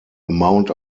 amount